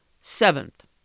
Seventh